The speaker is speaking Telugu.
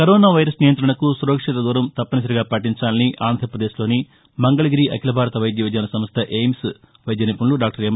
కరోనా వైరస్ నియంతణకు సురక్షిత దూరం తప్పని సరిగా పాటించాలని ఆంధ్రపదేశ్లోని మంగళగిరి అఖిల భారత వైద్య విజ్ఞాన సంస్ట ఎయిమ్స్ వైద్య నిపుణులు డాక్టర్ ఎం